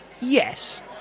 yes